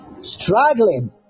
Struggling